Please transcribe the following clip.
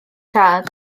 tad